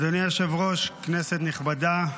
אדוני היושב-ראש, כנסת נכבדה,